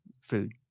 food